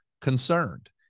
concerned